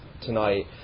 tonight